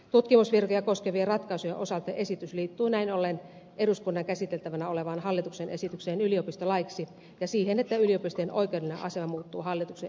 tutkimusvirkoja koskevien ratkaisujen osalta esitys liittyy näin ollen eduskunnan käsiteltävänä olevaan hallituksen esitykseen yliopistolaiksi ja siihen että yliopistojen oikeudellinen asema muuttuu hallituksen esityksen mukaisesti